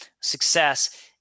success